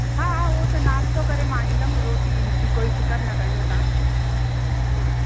हा हा उहो त नास्तो करे मां ईंदमि रोटी जी कोई फ़िक्रु न कजो तव्हां हा